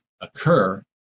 occur